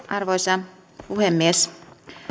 arvoisa puhemies